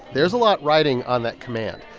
there's a lot riding on that command.